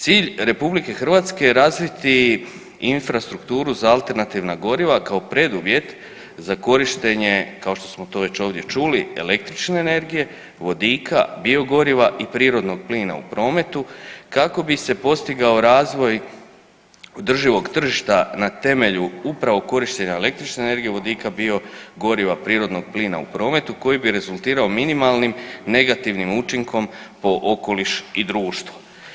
Cilj RH je razviti infrastrukturu za alternativna goriva kao preduvjet za korištenje, kao što smo to već ovdje čuli električne energije, vodika, biogoriva i prirodnog plina u prometu kako bi se postigao razvoj održivog tržišta na temelju upravo korištenja električne energije, vodika, biogoriva, prirodnog plina u prometu koji bi rezultirao minimalnim negativnim učinkom po okoliš i društvo.